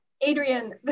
Adrian